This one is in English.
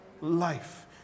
life